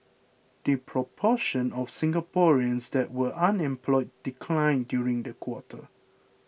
the proportion of Singaporeans that were unemployed declined during the quarter